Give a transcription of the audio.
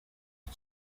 iki